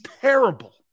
terrible